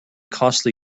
costly